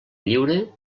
lliure